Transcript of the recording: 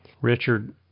Richard